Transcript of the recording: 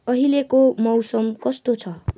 अहिलेको मौसम कस्तो छ